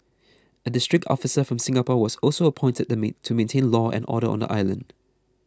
a district officer from Singapore was also appointed to maintain law and order on the island